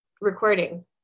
recording